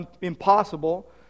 impossible